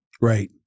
right